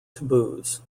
taboos